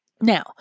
Now